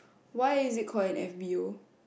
why is it called an F_B_O